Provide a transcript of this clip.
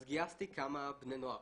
אז גייסתי כמה בני נוער